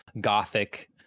gothic